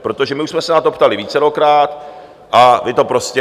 Protože my už jsme se na to ptali vícerokrát a vy to prostě...